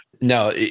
No